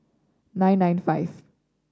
nine nine five